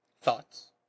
Thoughts